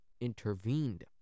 intervened